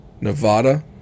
Nevada